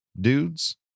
dudes